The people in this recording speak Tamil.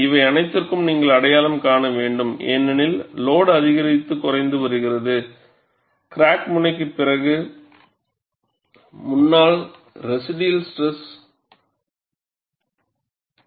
இவை அனைத்திற்கும் நீங்கள் அடையாளம் காண வேண்டும் ஏனெனில் லோடு அதிகரித்து குறைகிறது கிராக் முனைக்கு பிற்கு முன்னால் ரெசிடுயல் ஸ்ட்ரெஸ் உங்களுக்கு உள்ளது